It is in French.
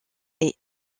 est